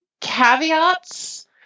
caveats